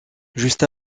juste